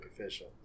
official